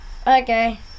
okay